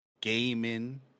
Gaming